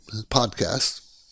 podcast